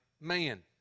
man